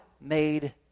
made